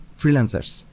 freelancers